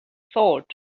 salt